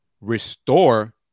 restore